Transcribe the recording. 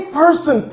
person